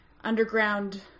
underground